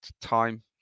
time